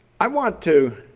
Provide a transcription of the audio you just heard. i want to